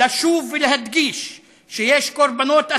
לשוב ולהדגיש שיש קורבנות אחרים,